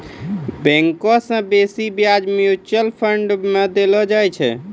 bank से बेसी ब्याज म्यूचुअल फंड मे देलो जाय छै